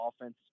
offense